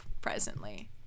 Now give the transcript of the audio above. presently